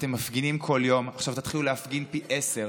אתם מפגינים כל יום, עכשיו תתחילו להפגין פי עשרה.